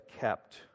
kept